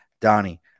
Donnie